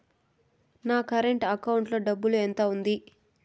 నా current account లో డబ్బులు ఎంత ఉంది?